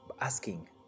asking